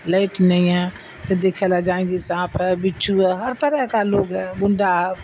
light نہیں ہے تو دیکھے لا جائیں گے سانپ ہے بچھو ہے ہر طرح کا لوگ ہے غنڈا ہے